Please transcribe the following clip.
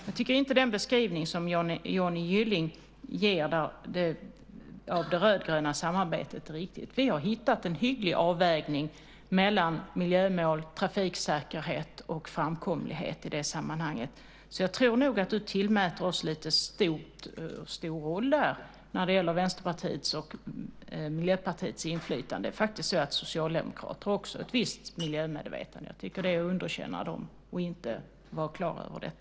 Jag tycker inte att den beskrivning som Johnny Gylling ger av det rödgröna samarbetet är riktig. Vi har i det sammanhanget hittat en hygglig avvägning mellan miljömål, trafiksäkerhet och framkomlighet. När det gäller Vänsterpartiets och Miljöpartiets inflytande tillmäter han oss nog en lite för stor roll. Det är faktiskt så att även Socialdemokraterna har ett visst miljömedvetande, och att inte vara klar över det tycker jag är att underkänna dem.